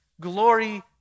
glory